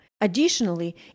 additionally